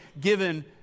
given